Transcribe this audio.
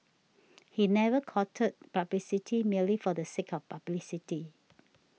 he never courted publicity merely for the sake of publicity